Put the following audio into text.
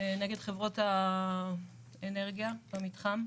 נגד חברות האנרגיה במתחם,